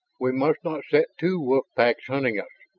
we must not set two wolf packs hunting us,